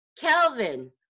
kelvin